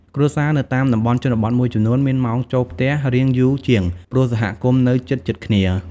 គ្រួសារនៅតាមតំបន់ជនបទមួយចំនួនមានម៉ោងចូលផ្ទះរាងយូរជាង ព្រោះសហគមន៍នៅជិតៗគ្នា។